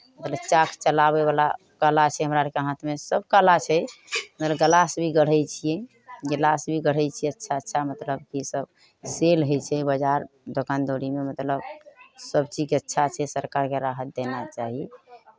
मतलब चाक चलाबयवला कला छै हमरा आरके हाथमे सभ कला छै मतलब गलास भी गढ़ै छियै गिलास भी गढ़ै छियै अच्छा अच्छा मतलब कि सभ सेल होइ छै बाजार दोकान दौरीमे मतलब सभ चीजके अच्छा छै सरकारकेँ राहत देना चाही